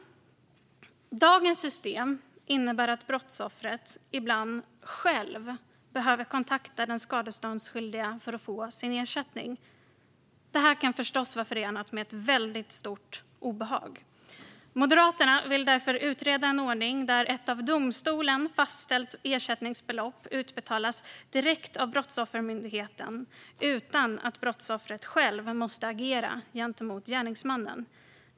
Dagens system innebär att brottsoffret ibland själv behöver kontakta den skadeståndsskyldige för att få sin ersättning. Det kan förstås vara förenat med väldigt stort obehag. Moderaterna vill därför utreda en ordning där ett av domstolen fastställt ersättningsbelopp utbetalas direkt av Brottsoffermyndigheten, utan att brottsoffret själv måste agera gentemot en gärningsman.